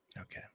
Okay